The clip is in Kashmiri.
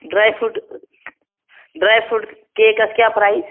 dry fruit dry fruit cakes کیٛاہ پرٛایِز